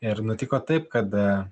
ir nutiko taip kad